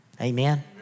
Amen